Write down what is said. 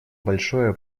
большое